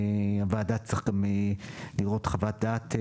הוועדה צריך גם לראות חוות דעת,